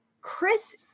chris